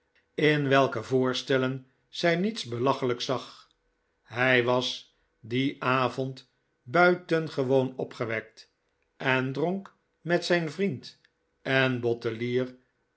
in welke voorstellen zij niets belachelijks zag hij was dicn avond buitengcwoon opgewekt en dronk met zijn vriend en bottelier